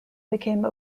became